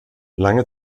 lange